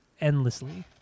endlessly